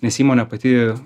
nes įmonė pati